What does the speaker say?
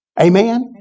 Amen